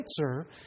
answer